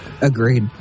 Agreed